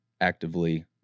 actively